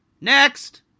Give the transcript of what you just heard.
Next